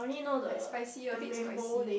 like spicy a bit spicy